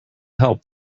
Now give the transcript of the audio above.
help